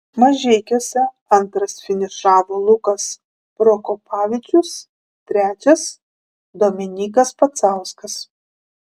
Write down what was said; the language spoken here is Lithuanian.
mažeikiuose antras finišavo lukas prokopavičius trečias dominykas pacauskas